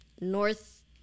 north